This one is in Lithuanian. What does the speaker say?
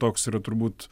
toks yra turbūt